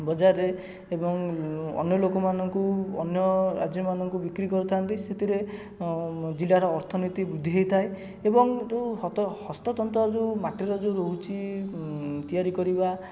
ବଜାରରେ ଏବଂ ଅନ୍ୟ ଲୋକମାନଙ୍କୁ ଅନ୍ୟ ରାଜ୍ୟମାନଙ୍କୁ ବିକ୍ରି କରିଥାନ୍ତି ସେଥିରେ ଜିଲ୍ଲାର ଅର୍ଥନୀତି ବୃଦ୍ଧି ହୋଇଥାଏ ଏବଂ ଯେଉଁ ହତ ହସ୍ତତନ୍ତ ଯେଉଁ ମାଟିର ଯେଉଁ ରହୁଛି ତିଆରି କରିବା